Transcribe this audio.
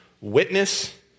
witness